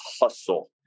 hustle